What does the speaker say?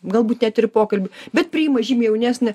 galbūt net ir pokalbį bet priima žymiai jaunesnį